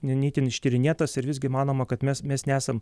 ne ne itin ištyrinėtas ir visgi manoma kad mes mes nesam